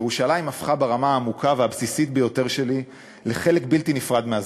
ירושלים הפכה ברמה העמוקה והבסיסית ביותר שלי לחלק בלתי נפרד מהזהות.